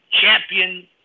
champion